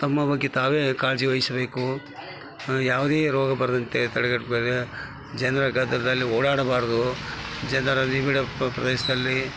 ತಮ್ಮ ಬಗ್ಗೆ ತಾವೇ ಕಾಳ್ಜಿವಯಿಸಬೇಕು ಯಾವುದೇ ರೋಗ ಬರದಂತೆ ತಡೆಗಟ್ದಾಗ ಜನರ ಗದ್ದಲದಲ್ಲಿ ಓಡಾಡಬಾರದು ಜನರ ನಿಬಿಡ ಪ್ರದೇಶದಲ್ಲಿ